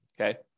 okay